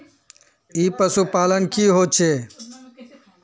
ई पशुपालन की होचे?